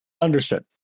Understood